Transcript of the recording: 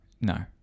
no